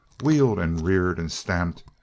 wheeled and reared and stamped,